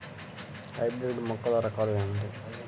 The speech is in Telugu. హైబ్రిడ్ మొక్కల రకాలు ఏమిటీ?